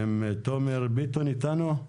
תומר ביטון אתנו?